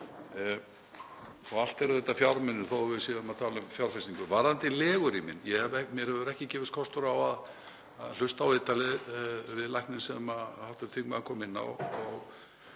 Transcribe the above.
og allt eru þetta fjármunir þó að við séum að tala um fjárfestingu. Varðandi legurýmin — mér hefur ekki gefist kostur á að hlusta á viðtalið við lækninn sem hv. þingmaður kom inn á